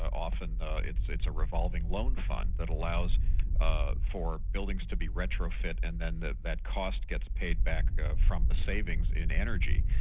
often it's it's a revolving loan fund that allows ah for buildings to be retro-fit and then that cost gets paid back from the savings in energy.